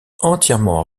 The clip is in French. entièrement